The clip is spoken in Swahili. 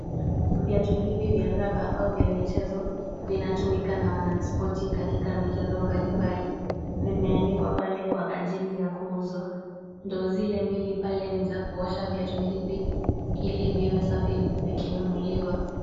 Viatu hivi vya rubber au vya michezo vinatumika na wanaspoti katika michezo mbalimbali. Vimeanikwa pale kwa ajili ya kuuzwa. Ndoo zile mbili pale ni za kuosha viatu hivi, ili viwe safi vikinunuliwa.